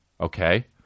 okay